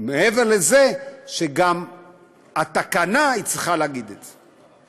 מעבר לזה שגם התקנה צריכה להגיד את זה.